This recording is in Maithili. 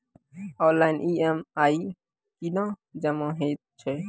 ऑनलाइन ई.एम.आई कूना जमा हेतु छै?